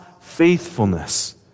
faithfulness